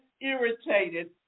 irritated